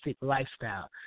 lifestyle